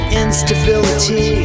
instability